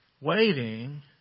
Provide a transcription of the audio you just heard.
Waiting